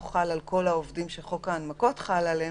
חל על כל העובדים שחוק ההנמקות חל עליהם,